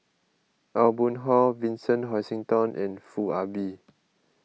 Aw Boon Haw Vincent Hoisington and Foo Ah Bee